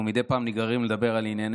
אנחנו מדי פעם נגררים לדבר על ענייני